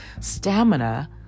stamina